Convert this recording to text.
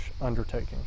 undertaking